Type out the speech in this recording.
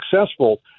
successful